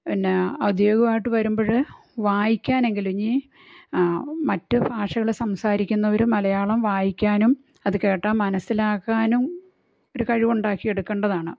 പിന്നെ ഔദ്യോഗികമായിട്ട് വരുമ്പഴ് വായിക്കാൻ എങ്കിലും ഇനി മറ്റു ഭാഷകൾ സംസാരിക്കുന്നവരും മലയാളം വായിക്കാനും അത് കേട്ടാൽ മനസ്സിലാക്കാനും ഒരു കഴിവുണ്ടാക്കി എടുക്കണ്ടതാണ്